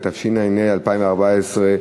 התשע"ה 2014,